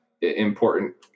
important